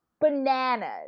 bananas